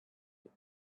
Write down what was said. have